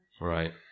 Right